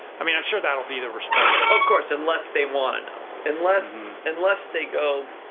i mean, i'm sure that'll be the response. of course, unless they wanna know, unless unless they go